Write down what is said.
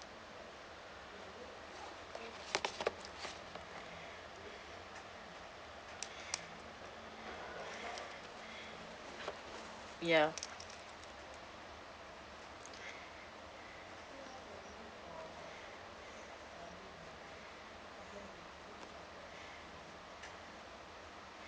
ya